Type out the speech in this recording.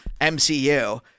MCU